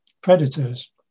predators